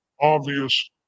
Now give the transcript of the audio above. obvious